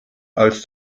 als